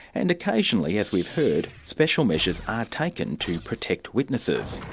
and occasionally, as we've heard, special measures are taken to protect witnesses.